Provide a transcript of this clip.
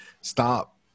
Stop